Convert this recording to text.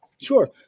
Sure